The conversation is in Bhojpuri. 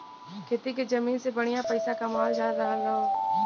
खेती के जमीन से बढ़िया पइसा कमावल जा रहल हौ